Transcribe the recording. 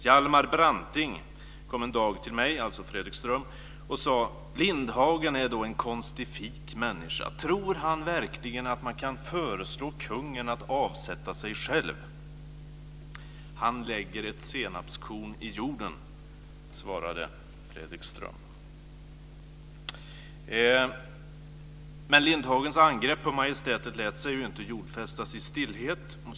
Hjalmar Branting kom en dag till mig" - alltså Fredrik Ström - "och sade: 'Lindhagen är då en konstifik människa. Tror han verkligen att man kan föreslå kungen att avsätta sig själv!' 'Han lägger ett senapskorn i jorden' svarade jag." Men Lindhagens angrepp på majestätet lät sig inte jordfästas i stillhet.